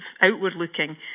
outward-looking